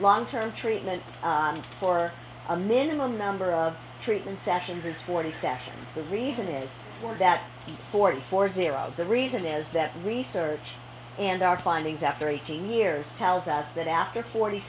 long term treatment for a minimum number of treatment sessions and forty sessions the reason is that forty four zero the reason is that research and our findings after eighteen years tells us that after forty